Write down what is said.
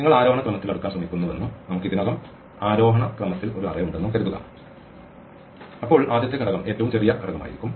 നിങ്ങൾ ആരോഹണ ക്രമത്തിൽ അടുക്കാൻ ശ്രമിക്കുന്നുവെന്നും നമുക്ക് ഇതിനകം ആരോഹണ ക്രമത്തിൽ ഒരു അറേ ഉണ്ടെന്നും കരുതുക അപ്പോൾ ആദ്യത്തെ ഘടകം ഏറ്റവും ചെറിയ ഘടകമായിരിക്കും